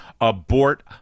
abort